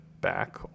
back